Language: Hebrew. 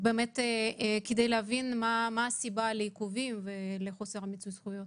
כדי להבין מה הסיבה לעיכוב ולחוסר מיצוי הזכויות.